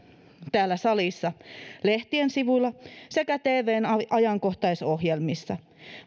täällä salissa lehtien sivuilla sekä tvn ajankohtaisohjelmissa